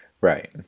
Right